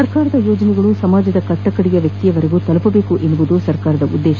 ಸರ್ಕಾರದ ಯೋಜನೆಗಳು ಸಮಾಜದ ಕಟ್ಟಕಡೆಯ ವ್ಯಕ್ತಿಗೂ ತಲುಪಬೇಕು ಎಂಬುದು ಸರ್ಕಾರದ ಉದ್ದೇಶ